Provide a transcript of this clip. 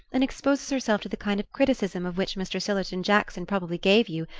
and exposes herself to the kind of criticism of which mr. sillerton jackson probably gave you,